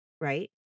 right